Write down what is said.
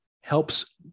helps